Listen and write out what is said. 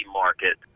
market